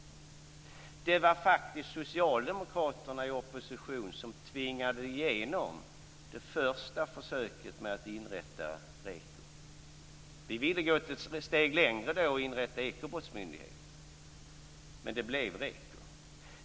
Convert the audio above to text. Det var faktiskt Socialdemokraterna i opposition som tvingade igenom det första försöket med att inrätta REKO. Vi ville då gå ett steg längre och inrätta en ekobrottsmyndighet, men det blev REKO.